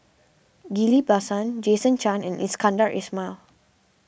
Ghillie Bassan Jason Chan and Iskandar Ismail